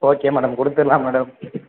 okay madam கொடுத்துட்லாம் madam